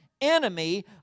Enemy